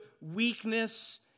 weakness